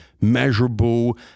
measurable